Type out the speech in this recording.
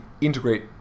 integrate